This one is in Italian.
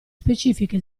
specifiche